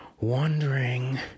wondering